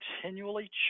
continually